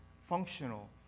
functional